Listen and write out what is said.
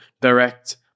direct